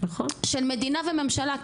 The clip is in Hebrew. של מדינה וממשלה,